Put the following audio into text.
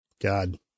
God